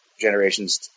generations